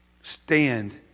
stand